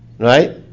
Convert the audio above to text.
Right